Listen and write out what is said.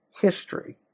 history